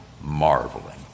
marveling